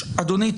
אדוני,